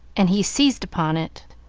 and he seized upon it.